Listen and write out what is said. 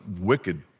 wicked